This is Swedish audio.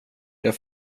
jag